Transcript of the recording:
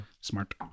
smart